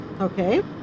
Okay